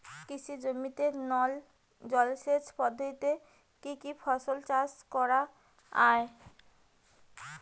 কৃষি জমিতে নল জলসেচ পদ্ধতিতে কী কী ফসল চাষ করা য়ায়?